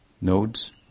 nodes